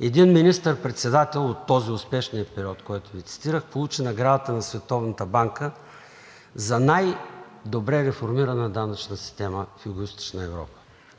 един министър-председател от успешния период, който Ви цитирах, получи наградата на Световната банка за най-добре реформирана данъчна система в Югоизточна Европа.